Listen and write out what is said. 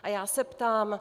A já se ptám: